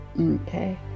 Okay